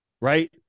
Right